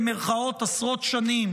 עשרות שנים,